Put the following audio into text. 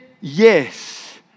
yes